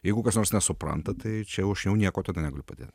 jeigu kas nors nesupranta tai čia aš jau niekuo tada negaliu padėti